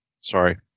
Sorry